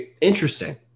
interesting